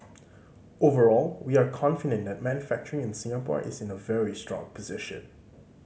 overall we are confident that manufacturing in Singapore is in a very strong position